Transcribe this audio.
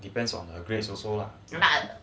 depends on her grades also lah